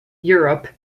europe